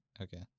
Okay